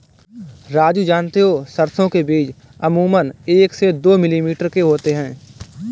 राजू जानते हो सरसों के बीज अमूमन एक से दो मिलीमीटर के होते हैं